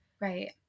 Right